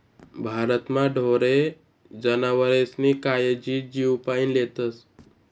भारतमा ढोरे जनावरेस्नी कायजी जीवपाईन लेतस